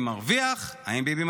אני